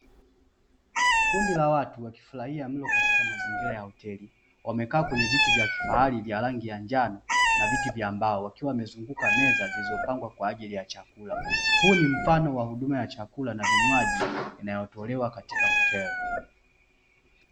Kundi la watu, wakifurahia mlo katika mazingira ya hoteli, wamekaa kwenye viti vya kifahari vya rangi ya njano na viti vya mbao, wakiwa wamezunguka meza zilizopangwa kwa ajili ya chakula. Huu ni mfano wa huduma ya chakula na vinywaji inayotolewa katika hoteli.